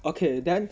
okay then